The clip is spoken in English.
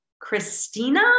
Christina